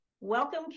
Welcome